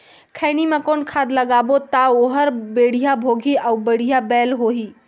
खैनी मा कौन खाद लगाबो ता ओहार बेडिया भोगही अउ बढ़िया बैल होही?